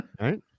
right